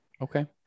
Okay